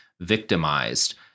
victimized